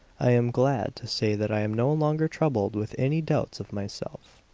i am glad to say that i am no longer troubled with any doubts of myself.